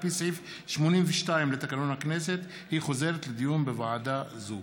על פי סעיף 82 לתקנון הכנסת היא חוזרת לדיון בוועדה זו.